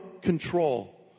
control